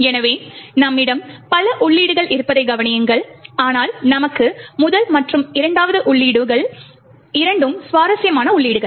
எனவே நம்மிடம் பல உள்ளீடுகள் இருப்பதைக் கவனியுங்கள் ஆனால் நமக்கு முதல் மற்றும் இரண்டாவது உள்ளீடுகள் இரண்டும் சுவாரஸ்யமான உள்ளீடுகள்